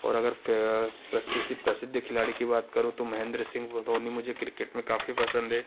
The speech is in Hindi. और अगर फ प्र किसी प्रसिद्ध खिलाड़ी की बात करूँ तो मेहंद्र सिंह व धोनी मुझे क्रिकेट में काफ़ी पसंद है